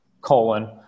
colon